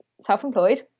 self-employed